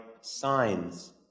signs